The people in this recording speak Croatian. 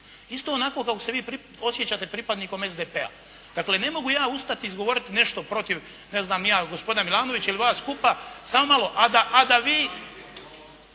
isto onako kako se vi osjećate pripadnikom SDP-a. Dakle, ne mogu ja ustati i izgovoriti nešto protiv, ne znam ni ja, gospodina Milanovića ili vas skupa, samo malo, a da vi